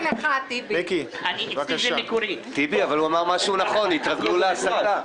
טיבי, אבל הוא אמר משהו נכון התרגלו להסתה.